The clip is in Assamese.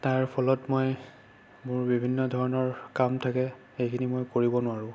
তাৰ ফলত মই মোৰ বিভিন্ন ধৰণৰ কাম থাকে সেইখিনি মই কৰিব নোৱাৰো